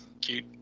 Cute